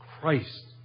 Christ